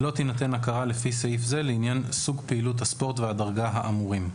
לא תינתן הכרה לפי סעיף זה לעניין סוג פעילות הספורט והדרגה האמורים.